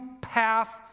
path